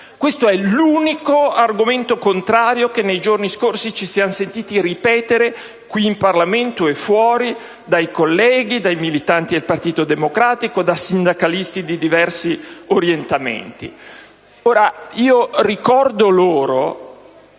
Questo è l'unico argomento contrario che nei giorni scorsi ci siamo sentiti ripetere, qui in Parlamento e fuori, dai colleghi e dai militanti del Partito Democratico e da sindacalisti di diversi orientamenti.